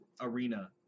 arena